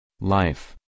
life